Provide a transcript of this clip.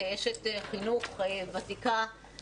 כאשת חינוך ותיקה,